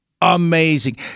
amazing